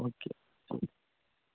okay